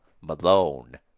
Malone